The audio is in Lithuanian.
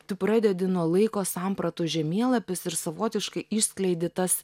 tu pradedi nuo laiko sampratų žemėlapis ir savotiškai išskleidi tas